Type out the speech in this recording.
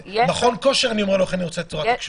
למכון כושר אני אומר איך אני רוצה תקשורת.